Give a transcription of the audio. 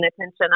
attention